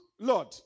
Lord